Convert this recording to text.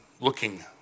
looking